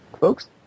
folks